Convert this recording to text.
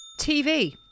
TV